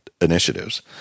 initiatives